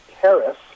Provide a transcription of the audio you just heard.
Paris